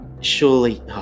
surely